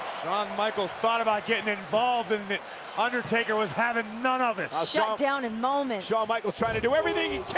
shawn michaels thought about getting involved and undertaker was having none of it. shut down in moments. shawn michaels trying to do everything he